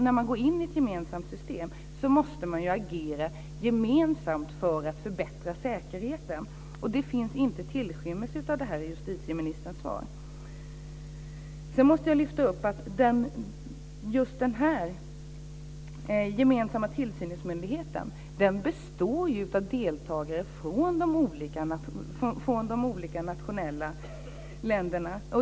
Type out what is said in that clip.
När man går in i ett gemensamt system måste man därför agera gemensamt för att förbättra säkerheten, och det finns inte tillstymmelse till det i justitieministerns svar. Sedan måste jag lyfta fram att just den gemensamma tillsynsmyndigheten består av deltagare från de olika nationella länderna.